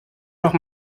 noch